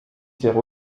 sert